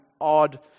odd